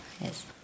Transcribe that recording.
Yes